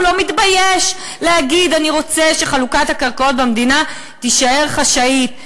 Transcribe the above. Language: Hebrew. הוא לא מתבייש להגיד: אני רוצה שחלוקת הקרקעות במדינה תישאר חשאית,